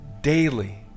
daily